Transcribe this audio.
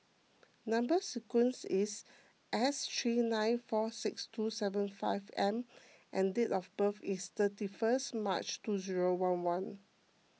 Number Sequence is S three nine four six two seven five M and date of birth is thirty first March two zero one one